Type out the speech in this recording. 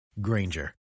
Granger